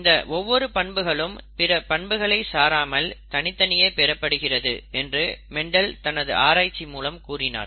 இந்த ஒவ்வொரு பண்புகளும் பிற பண்புகளை சாராமல் தனி தனியே பெறப்படுகிறது என்று மெண்டல் தனது ஆராய்ச்சி மூலம் கூறினார்